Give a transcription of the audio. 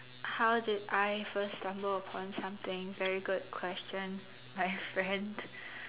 how did I first stumble upon something very good question my friend